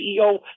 CEO